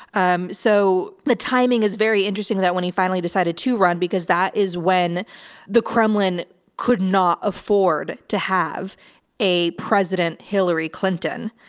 um, so the timing is very interesting that when he finally decided to run, because that is when the kremlin could not afford to have a president hillary clinton,